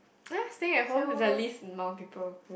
eh stay at home at least no people